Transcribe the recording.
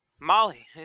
Molly